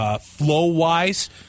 flow-wise